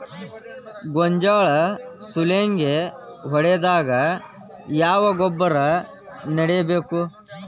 ಗೋಂಜಾಳ ಸುಲಂಗೇ ಹೊಡೆದಾಗ ಯಾವ ಗೊಬ್ಬರ ನೇಡಬೇಕು?